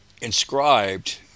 inscribed